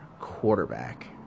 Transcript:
quarterback